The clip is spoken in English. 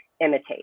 imitate